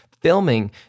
filming